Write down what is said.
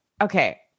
Okay